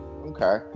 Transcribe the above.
Okay